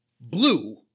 blue